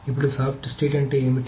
ఇప్పుడు soft state అంటే ఏమిటి